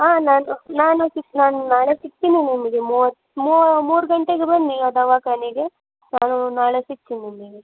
ಹಾಂ ನಾನು ನಾನು ಸಿಕ್ ನಾನು ನಾಳೆ ಸಿಕ್ತೀನಿ ನಿಮಗೆ ಮೂವತ್ತ್ ಮೂರು ಗಂಟೆಗೆ ಬನ್ನಿ ದವಾಖಾನೆಗೆ ನಾನು ನಾಳೆ ಸಿಕ್ತೀನಿ ನಿಮಗೆ